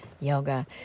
yoga